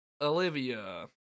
Olivia